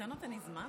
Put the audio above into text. אתה נותן לי זמן?